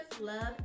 love